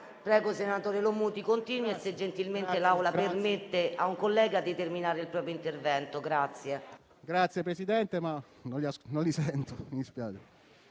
Prego, senatore Lomuti, continui, se gentilmente l'Assemblea permette a un collega di terminare il proprio intervento. LOMUTI *(M5S)*. Grazie, Presidente, ma non li sento,